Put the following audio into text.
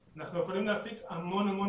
שיוכלו להעלות את התמונה -- אלון,